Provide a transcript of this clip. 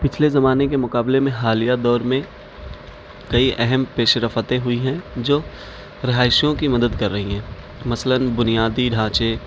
پچھلے زمانے کے مقابلے میں حالیہ دور میں کئی اہم پیش رفتیں ہوئی ہیں جو رہائشیوں کی مدد کر رہی ہیں مثلاً بنیادی ڈھانچے